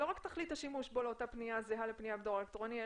שלא רק תכלית השימוש בו לאותה פניה זהה לפניה בדואר אלקטרוני,